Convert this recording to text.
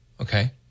Okay